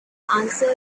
answer